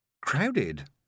crowded